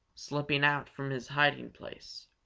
slipping out from his hiding place.